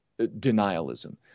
denialism